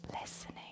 listening